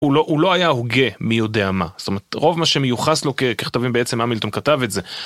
הוא לא היה הוגה מי יודע מה, זאת אומרת רוב מה שמיוחס לו ככתבים בעצם המילטון כתב את זה.